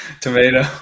tomato